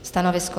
Stanovisko?